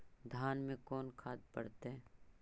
धान मे कोन खाद पड़तै?